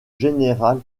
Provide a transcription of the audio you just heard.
général